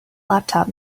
laptop